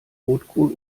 rotkohl